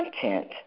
content